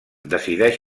decideix